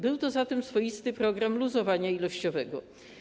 Był to zatem swoisty program luzowania ilościowego.